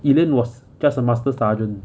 elaine was just a master sergeant